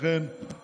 ולכן אני לא מתכוון,